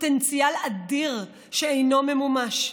פוטנציאל אדיר שאינו ממומש.